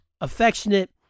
affectionate